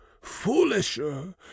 foolisher